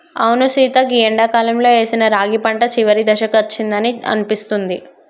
అవును సీత గీ ఎండాకాలంలో ఏసిన రాగి పంట చివరి దశకు అచ్చిందని అనిపిస్తుంది